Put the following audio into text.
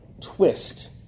twist